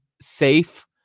safe